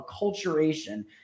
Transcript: acculturation